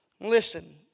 Listen